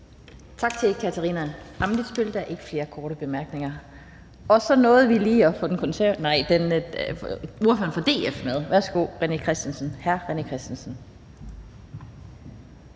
Tak til fru Katarina Ammitzbøll. Der er ikke flere korte bemærkninger. Så nåede vi lige at få ordføreren fra DF med. Værsgo til hr. René Christensen.